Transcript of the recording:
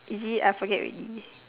is it I forget already